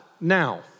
now